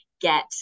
get